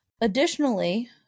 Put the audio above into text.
Additionally